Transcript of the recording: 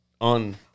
on